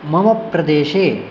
मम प्रदेशे